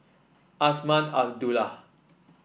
Azman Abdullah